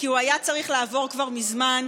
כי הוא היה צריך לעבור כבר מזמן.